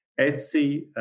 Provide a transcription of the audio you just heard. Etsy